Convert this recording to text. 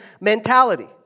mentality